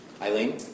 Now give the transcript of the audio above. Eileen